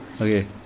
Okay